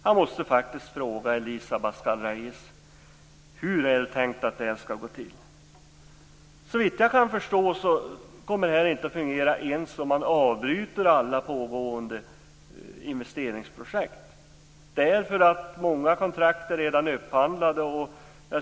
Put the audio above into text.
Jag måste fråga Elisa Abascal Reyes: Hur har ni tänkt att det här skall gå till? Såvitt jag kan förstå kommer det inte att fungera ens om man avbryter alla pågående investeringsprojekt. Många kontrakt är redan upphandlade.